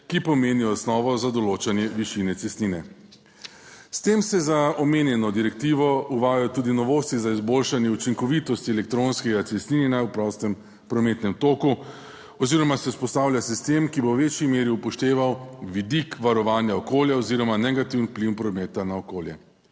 ki pomeni osnovo za določanje višine cestnine. S tem se za omenjeno direktivo uvajajo tudi novosti za izboljšanje učinkovitosti elektronskega cestninjenja v prostem prometnem toku oziroma se vzpostavlja sistem, ki bo v večji meri upošteval vidik varovanja okolja oziroma negativen vpliv prometa na okolje.